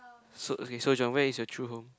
so okay so Jon where is your true home